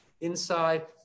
inside